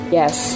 yes